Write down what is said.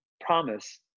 promise